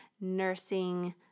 nursing